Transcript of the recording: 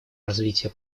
развития